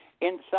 inside